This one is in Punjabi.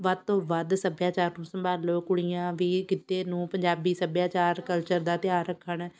ਵੱਧ ਤੋਂ ਵੱਧ ਸੱਭਿਆਚਾਰ ਨੂੰ ਸੰਭਾਲੋ ਕੁੜੀਆਂ ਵੀ ਗਿੱਧੇ ਨੂੰ ਪੰਜਾਬੀ ਸੱਭਿਆਚਾਰ ਕਲਚਰ ਦਾ ਧਿਆਨ ਰੱਖਣ